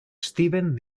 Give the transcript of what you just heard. steven